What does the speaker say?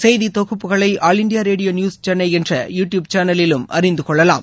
செய்தி தொகுப்புகளை all India radio news Chennai என்ற யூ டியூப் சேனலிலும் அறிந்து கொள்ளலாம்